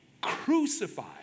crucified